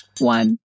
one